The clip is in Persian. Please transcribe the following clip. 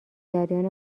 جریان